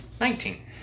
nineteen